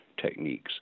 techniques